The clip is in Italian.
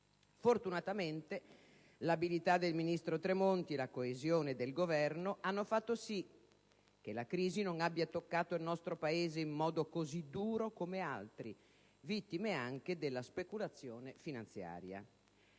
Fortunatamente l'abilità del ministro Tremonti e la coesione del Governo hanno fatto sì che la crisi non abbia toccato il nostro Paese in modo così duro come altri, vittime anche della speculazione finanziaria.